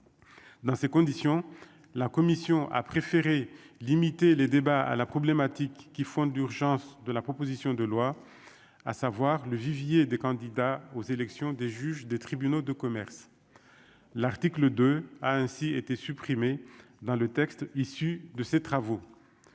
dans ces conditions, la commission a préféré limiter les débats à la problématique qui font d'urgence de la proposition de loi, à savoir le vivier des candidats aux élections des juges des tribunaux de commerce, l'article 2 a ainsi été supprimée dans le texte issu de ces travaux